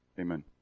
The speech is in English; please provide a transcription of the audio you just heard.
Amen